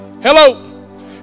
Hello